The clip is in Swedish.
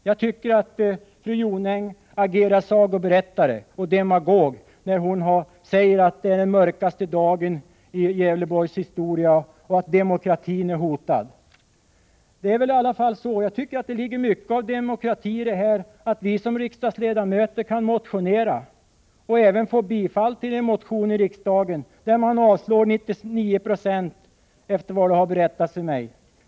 Jag tycker att fru Jonäng agerar sagoberättare och demagog, när hon påstår att detta är den mörkaste dagen i Gävleborgs historia och att demokratin är hotad. Det ligger väl mycket av demokrati i att vi såsom riksdagsmän kan motionera och även få bifall till en motion i riksdagen, där man normalt avslår 99 96 av motionerna, efter vad som har berättats mig.